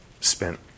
spent